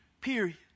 period